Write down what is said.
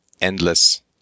endless